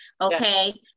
okay